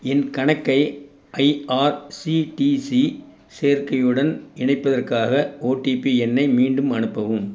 என் கணக்கை ஐஆர்சிடிசி சேர்க்கையுடன் இணைப்பதற்காக ஓடிபி எண்ணை மீண்டும் அனுப்பவும்